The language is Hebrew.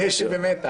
אני אשב במתח.